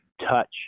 touch